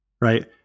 right